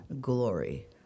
glory